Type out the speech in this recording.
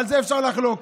על זה אפשר לחלוק.